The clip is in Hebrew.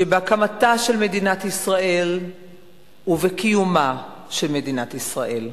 שבהקמתה של מדינת ישראל ובקיומה של מדינת ישראל.